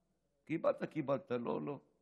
קיבלת, קיבלת, לא, לא.